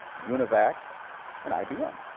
univac and ibm.